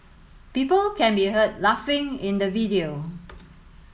people can be heard laughing in the video